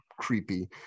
creepy